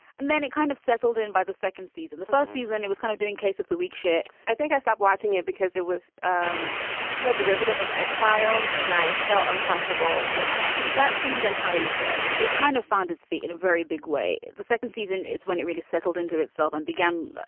and then it kind of settled in by the second season. the first season. it was kind of doing case of the weak shit i think i stopped watching it because it was um so derivative of x-files and i felt uncomfortable with that that seems entirely fake. it kind of found its feet in a very big way. the second season is when it really settled into itself and began,